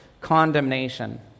condemnation